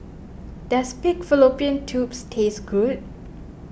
does Pig Fallopian Tubes taste good